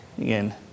again